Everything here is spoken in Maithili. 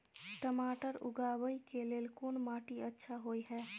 टमाटर उगाबै के लेल कोन माटी अच्छा होय है?